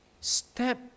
step